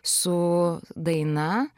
su daina